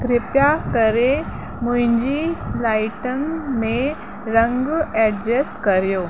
कृप्या करे मुंहिंजी लाइटनि में रंग एडजस्ट करियो